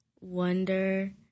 Wonder